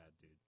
dude